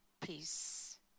peace